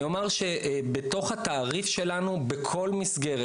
אני אומר שבתוך התעריף שלנו בכל מסגרת,